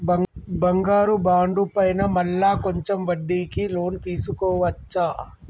బంగారు బాండు పైన మళ్ళా కొంచెం వడ్డీకి లోన్ తీసుకోవచ్చా?